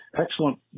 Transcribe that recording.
Excellent